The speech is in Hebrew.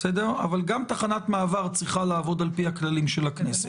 אבל גם תחנת מעבר צריכה לעבוד על-פי הכללים של הכנסת.